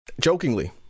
Jokingly